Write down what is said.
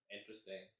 interesting